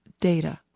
data